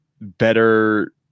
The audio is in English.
better